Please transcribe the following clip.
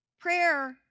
Prayer